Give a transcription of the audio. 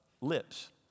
lips